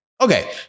Okay